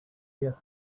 hear